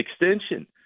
extension